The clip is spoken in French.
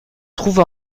trouve